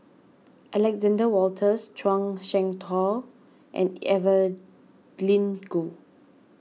Alexander Wolters Zhuang Shengtao and Evelyn Goh